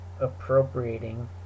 appropriating